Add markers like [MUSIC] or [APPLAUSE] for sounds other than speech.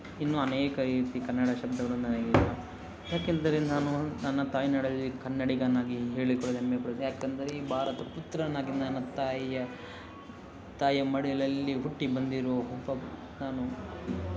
ಇನ್ನೂ ಅನೇಕ ರೀತಿ ಕನ್ನಡ ಶಬ್ದಗಳು ನನಗೆ [UNINTELLIGIBLE] ಏಕೆಂದರೆ ನಾನು ನನ್ನ ತಾಯ್ನಾಡಲ್ಲಿ ಕನ್ನಡಿಗನಾಗಿ ಹೇಳಿಕೊಳ್ಳಲು ಹೆಮ್ಮೆಪಡುತ್ತ ಏಕೆಂದರೆ ಈ ಭಾರತ ಪುತ್ರನಾಗಿ ನನ್ನ ತಾಯಿಯ ತಾಯಿಯ ಮಡಿಲಲ್ಲಿ ಹುಟ್ಟಿ ಬಂದಿರೋ [UNINTELLIGIBLE] ನಾನು